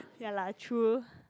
ya lah true